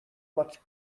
much